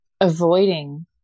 avoiding